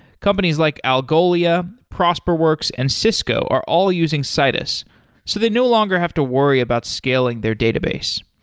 companies like algolia, prosperworks and cisco are all using citus so they no longer have to worry about scaling their database.